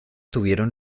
tuvieron